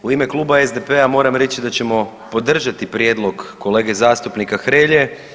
U ime kluba SDP-a moram reći da ćemo podržati prijedlog kolege zastupnika Hrelje.